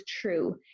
true